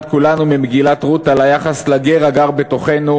כולנו ממגילת רות על היחס לגר הגר בתוכנו,